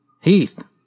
Heath